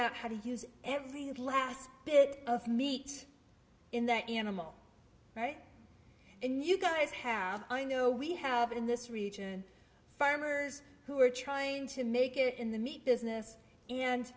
out how to use every last bit of meat in that animal and you guys have i know we have in this region farmers who are trying to make it in the meat business and